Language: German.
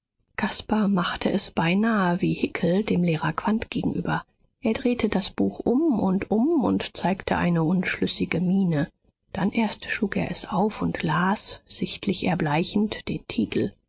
caspar machte es beinahe wie hickel dem lehrer quandt gegenüber er drehte das buch um und um und zeigte eine unschlüssige miene dann erst schlug er es auf und las sichtlich erbleichend den titel